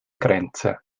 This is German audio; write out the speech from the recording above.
grenze